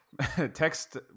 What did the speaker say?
text